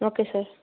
okay sir